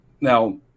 Now